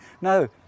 No